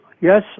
Yes